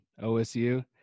OSU